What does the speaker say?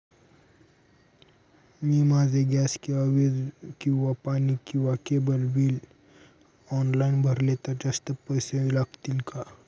मी माझे गॅस किंवा वीज किंवा पाणी किंवा केबल बिल ऑनलाईन भरले तर जास्त पैसे लागतील का?